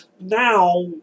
Now